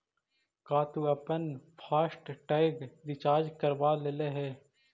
का तु अपन फास्ट टैग रिचार्ज करवा लेले हे?